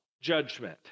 judgment